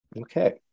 Okay